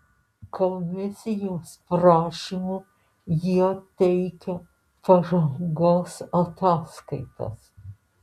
komisijos prašymu jie teikia pažangos ataskaitas